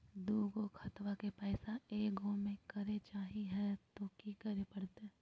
दू गो खतवा के पैसवा ए गो मे करे चाही हय तो कि करे परते?